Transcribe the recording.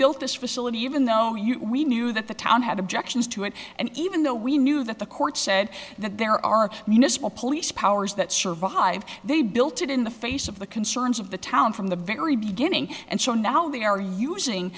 built this facility even though you we knew that the town had objections to it and even though we knew that the court said that there are municipal police powers that survived they built it in the face of the concerns of the town from the very beginning and so now they are using